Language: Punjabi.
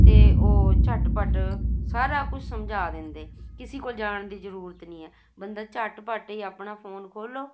ਅਤੇ ਉਹ ਝਟ ਪਟ ਸਾਰਾ ਕੁਛ ਸਮਝਾ ਦਿੰਦੇ ਕਿਸੇ ਕੋਲ ਜਾਣ ਦੀ ਜ਼ਰੂਰਤ ਨਹੀਂ ਹੈ ਬੰਦਾ ਝਟ ਪਟ ਹੀ ਆਪਣਾ ਫੋਨ ਖੋਲ੍ਹੋ